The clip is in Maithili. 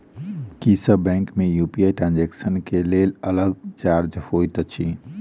की सब बैंक मे यु.पी.आई ट्रांसजेक्सन केँ लेल अलग चार्ज होइत अछि?